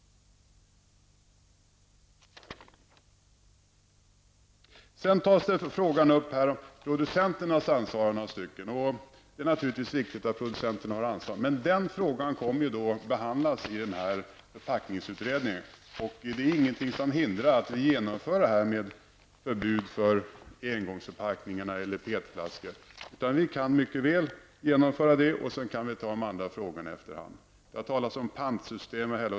Sedan tas frågan om producenternas ansvar upp av några stycken. Det är naturligtvis riktigt att producenterna har ett ansvar, men den frågan kommer att behandlas i den här förpackningsutredningen. Det är ingenting som hindrar att vi genomför ett förbud för engångsförpackningar eller PET-flaskor. Vi kan mycket väl genomföra det och sedan ta de andra frågorna efter hand. Det har talats om ett pantsystem.